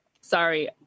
sorry